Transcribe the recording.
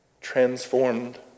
transformed